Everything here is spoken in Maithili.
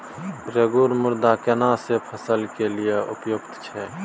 रेगुर मृदा केना सी फसल के लिये उपयुक्त छै?